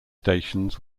stations